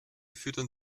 füttern